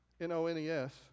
N-O-N-E-S